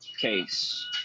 case